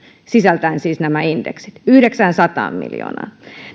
sisältäen siis nämä indeksit yhdeksäänsataan miljoonaan